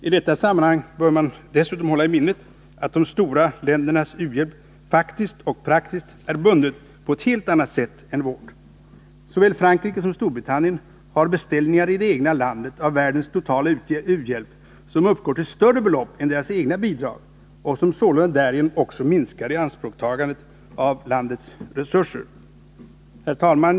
I detta sammanhang bör man dessutom hålla i minnet att de stora ländernas u-hjälp faktiskt och praktiskt är bunden på ett helt annat sätt än vår. Såväl Frankrike som Storbritannien har beställningar i det egna landet av världens totala u-hjälp som uppgår till större belopp än deras egna bidrag och som sålunda därigenom minskar ianspråktagandet av landets valutaresurser. Herr talman!